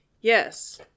Yes